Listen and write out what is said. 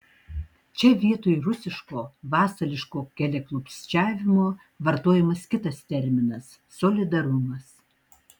čia vietoj rusiško vasališko keliaklupsčiavimo vartojamas kitas terminas solidarumas